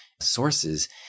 sources